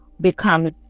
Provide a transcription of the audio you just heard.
becomes